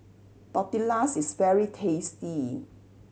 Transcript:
tortillas is very tasty